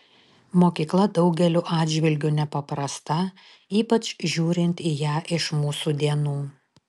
mokykla daugeliu atžvilgiu nepaprasta ypač žiūrint į ją iš mūsų dienų